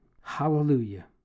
Hallelujah